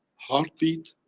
heartbeat,